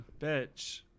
bitch